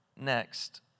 next